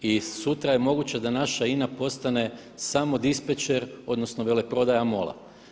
I sutra je moguće da naša INA postane samo dispečer odnosno veleprodaja MOL-a.